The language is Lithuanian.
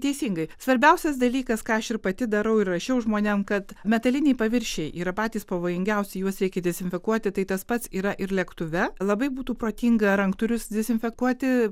teisingai svarbiausias dalykas ką aš ir pati darau ir rašiau žmonėm kad metaliniai paviršiai yra patys pavojingiausi juos reikia dezinfekuoti tai tas pats yra ir lėktuve labai būtų protinga ranktūrius dezinfekuoti